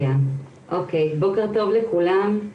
בוקר טוב לכולם,